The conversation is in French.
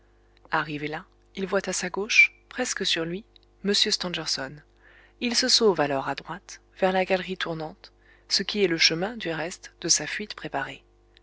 arrivé là il voit à sa gauche presque sur lui m stangerson il se sauve alors à droite vers la galerie tournante ce qui est le chemin du reste de sa fuite préparée